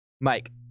Mike